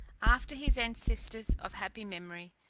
after his ancestors of happy memory,